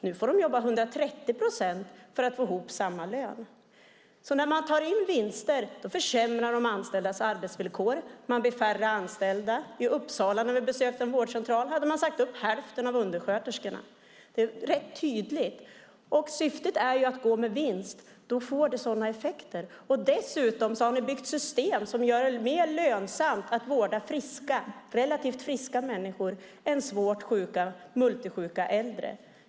Nu får de jobba 130 procent för att få ihop samma lön. När man tar in vinster försämras de anställdas arbetsvillkor och man blir färre anställda. Vi besökte en vårdcentral i Uppsala där de hade sagt upp hälften av undersköterskorna. Det är rätt tydligt att syftet är att gå med vinst. Det får sådana här effekter. Dessutom har ni byggt system som gör det mer lönsamt att vårda relativt friska människor än svårt multisjuka äldre.